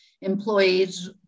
employees